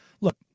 look